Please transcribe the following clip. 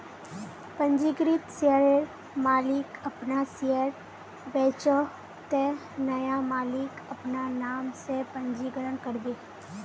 पंजीकृत शेयरर मालिक अपना शेयर बेचोह ते नया मालिक अपना नाम से पंजीकरण करबे